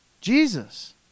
Jesus